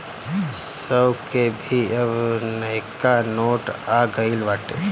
सौ के भी अब नयका नोट आ गईल बाटे